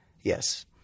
yes